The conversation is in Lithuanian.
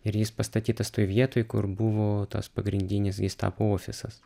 ir jis pastatytas toj vietoj kur buvo tas pagrindinis gestapo ofisas